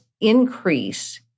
increase